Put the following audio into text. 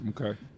Okay